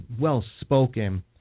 well-spoken